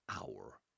hour